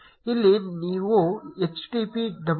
ಇಲ್ಲಿ ನಾವು http www